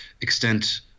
extent